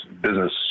business